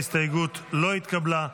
ההסתייגות לא התקבלה.